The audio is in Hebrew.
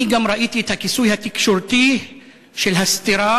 אני גם ראיתי את הכיסוי התקשורתי של הסטירה